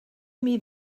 imi